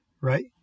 right